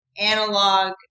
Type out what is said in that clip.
analog